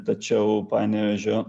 tačiau panevėžio